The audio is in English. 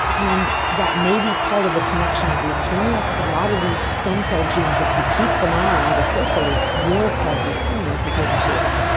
and that may be part of the connection with leukaemia because a lot of these stem cell genes, if you keep them on artificially, will cause leukaemia. they go berserk.